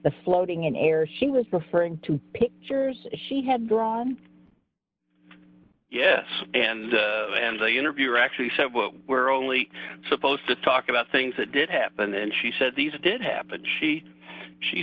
the floating in air d she was referring to pictures she had drawn yes and then the interviewer actually said we're only supposed to talk about things that did happen and she said these did happen she she